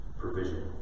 provision